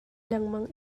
lengmang